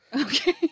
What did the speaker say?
Okay